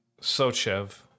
Sochev